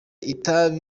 itabi